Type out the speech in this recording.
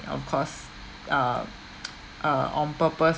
of course err uh on purpose